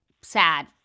sad